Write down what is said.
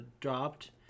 dropped